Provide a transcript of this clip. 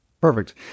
Perfect